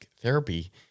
therapy